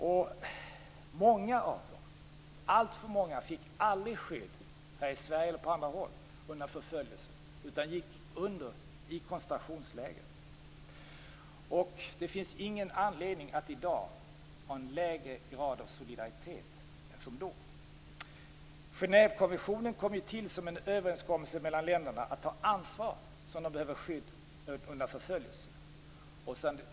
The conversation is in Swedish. Många av dem, alltför många, fick aldrig skydd här i Sverige eller på andra håll undan förföljelsen, utan gick under i koncentrationsläger. Det finns ingen anledning att i dag ha en lägre grad av solidaritet än då. Genèvekonventionen kom till som en överenskommelse mellan länderna att ta ansvar för dem som behövde skydd undan förföljelse.